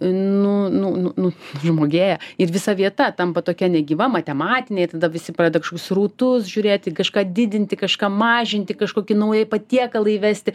nu nu nu nu žmogėja ir visa vieta tampa tokia negyva matematinė ir tada visi pradeda kažkokius srautus žiūrėti kažką didinti kažką mažinti kažkokį naują patiekalą įvesti